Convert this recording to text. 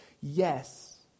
yes